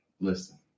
listen